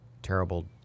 terrible